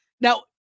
Now